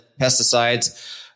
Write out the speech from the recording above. pesticides